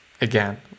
again